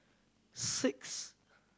six